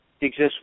exists